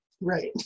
Right